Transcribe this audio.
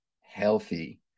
healthy